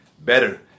better